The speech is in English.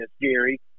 Gary